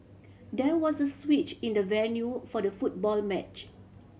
there was a switch in the venue for the football match